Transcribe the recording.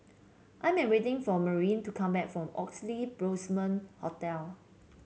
I'm waiting for Maureen to come back from Oxley Blossom Hotel